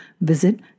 visit